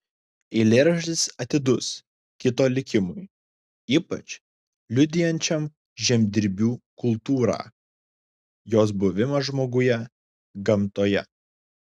eilėraštis atidus kito likimui ypač liudijančiam žemdirbių kultūrą jos buvimą žmoguje gamtoje